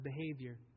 behavior